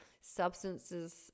substances